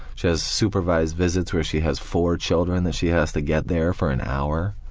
she has supervised visits where she has four children that she has to get there for an hour,